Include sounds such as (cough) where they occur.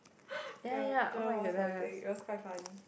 (noise) ya that was something it was quite funny